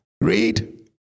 read